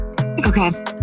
Okay